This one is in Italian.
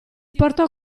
portò